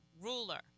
ruler